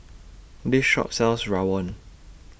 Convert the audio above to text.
This Shop sells Rawon